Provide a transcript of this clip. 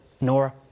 Nora